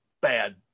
bad